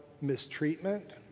mistreatment